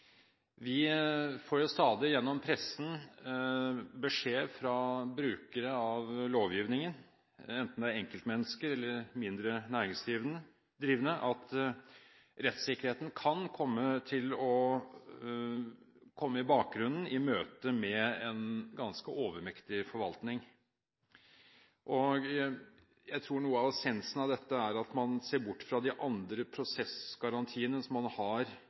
Vi får stadig gjennom pressen beskjed fra brukere av lovgivningen, enten det er enkeltmennesker eller mindre næringsdrivende, om at rettssikkerheten kan komme til å komme i bakgrunnen i møte med en ganske overmektig forvaltning. Jeg tror noe av essensen i dette er at man ser bort fra de andre prosessgarantiene som man har